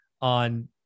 on